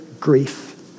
grief